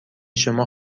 شما